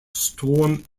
storm